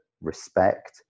respect